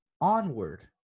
Onward